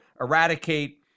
eradicate